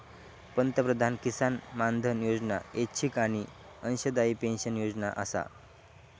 पंतप्रधान किसान मानधन योजना ऐच्छिक आणि अंशदायी पेन्शन योजना आसा